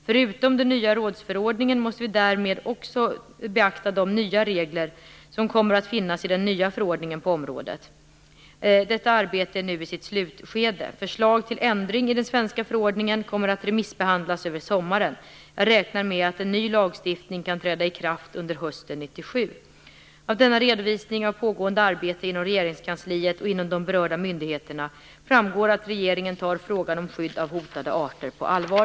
Förutom den nya rådsförordningen måste vi därvid också beakta de nya regler som kommer att finnas i den nya förordningen på området. Detta arbete är nu i sitt slutskede. Förslag till ändring i den svenska förordningen kommer att remissbehandlas över sommaren. Jag räknar med att en ny lagstiftning kan träda i kraft under hösten 1997. Regeringskansliet och inom de berörda myndigheterna framgår att regeringen tar frågan om skydd av hotade arter på allvar.